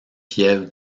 piève